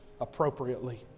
appropriately